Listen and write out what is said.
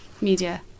media